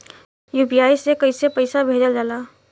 UPI से कइसे पैसा भेजल जाला?